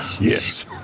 Yes